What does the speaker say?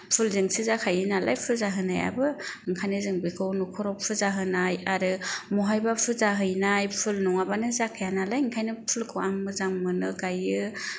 फुलजोंसो जाखायो नालाय फुजा होनायाबो ओंखायनो जों बेखौ न'खराव फुजा होनाय आरो महायबा फुजा हैनाय फुल नङाबानो जाखाया नालाय ओंखायनो फुलखौ आं मोजां मोनो गायो